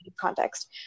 context